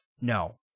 No